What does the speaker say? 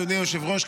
אדוני היושב-ראש,